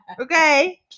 Okay